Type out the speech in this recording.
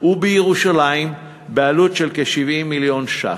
ובירושלים בעלות של כ-70 מיליון ש"ח.